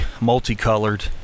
multicolored